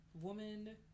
woman